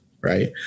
Right